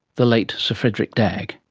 the late sir frederick dagg.